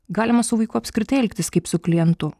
galima su vaiku apskritai elgtis kaip su klientu